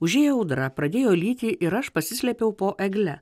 užėjo audra pradėjo lyti ir aš pasislėpiau po egle